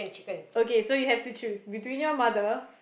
okay so you have to choose between your mother